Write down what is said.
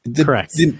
Correct